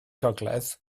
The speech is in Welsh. gogledd